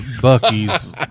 Bucky's